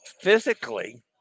Physically